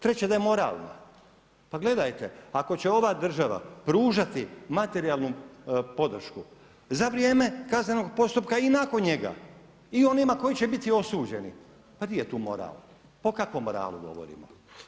Treće da je moralna, pa gledajte ako će ovaj država pružati materijalnu podršku za vrijeme kaznenog postupka i nakon njega i onima koji će biti osuđeni, pa di je tu moral, pa o kakvom moralu govorimo.